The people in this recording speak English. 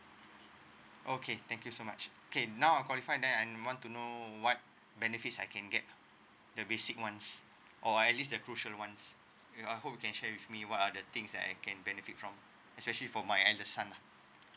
okay thank you so much okay now I qualify then and want to know what benefits I can get the basic ones or at least the crucial once ya I hope you can share with me what are the things that I can benefit from especially for my eldest son lah